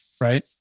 right